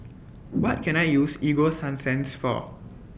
What Can I use Ego Sunsense For